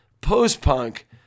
Post-punk